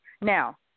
Now